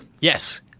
Yes